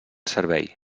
servei